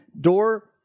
door